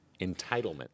entitlement